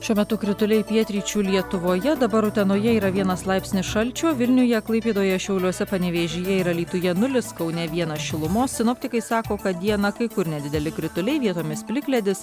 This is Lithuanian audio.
šiuo metu krituliai pietryčių lietuvoje dabar utenoje yra vienas laipsnis šalčio vilniuje klaipėdoje šiauliuose panevėžyje ir alytuje nulis kaune vienas šilumos sinoptikai sako kad dieną kai kur nedideli krituliai vietomis plikledis